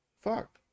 Fuck